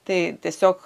tai tiesiog